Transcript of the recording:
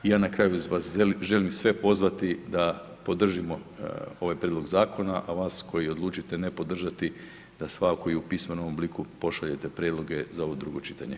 Ja na kraju vas sve želim pozvati da podržimo ovaj prijedlog zakona, a vas koji odlučite ne podržati da svakako i u pismenom obliku pošaljete prijedloge za ovo drugo čitanje.